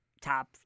top